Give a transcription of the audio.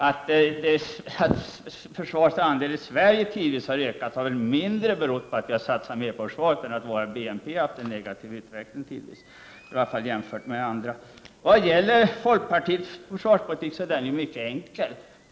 Att försvarets andel i Sverige tidvis har ökat, har berott mindre på att vi har satsat mer på försvaret än att vår BNP har haft en negativ utveckling, i alla fall jämfört med andra länder. Folkpartiets försvarspolitik är mycket enkel.